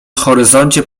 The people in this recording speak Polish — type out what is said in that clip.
horyzoncie